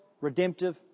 redemptive